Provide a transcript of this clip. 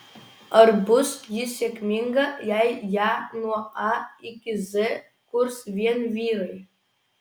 ar bus ji sėkminga jei ją nuo a iki z kurs vien vyrai